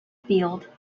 field